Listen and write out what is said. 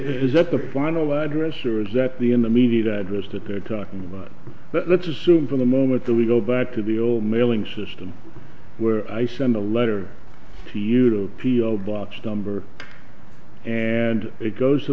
arrived at the final address or is that the in the media the address that they're talking about but let's assume for the moment that we go back to bill mailing system where i send a letter to you to p o box number and it goes to